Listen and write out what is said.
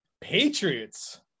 Patriots